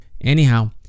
anyhow